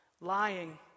lying